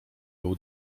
był